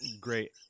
great